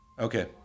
Okay